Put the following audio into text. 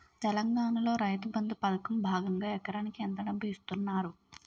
తెలంగాణలో రైతుబంధు పథకం భాగంగా ఎకరానికి ఎంత డబ్బు ఇస్తున్నారు?